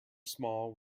small